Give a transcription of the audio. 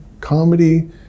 Comedy